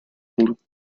luc